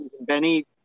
Benny